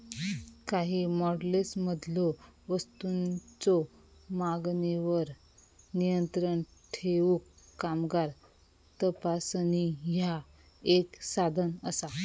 काही मॉडेल्समधलो वस्तूंच्यो मागणीवर नियंत्रण ठेवूक कामगार तपासणी ह्या एक साधन असा